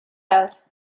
out